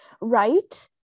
Right